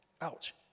Ouch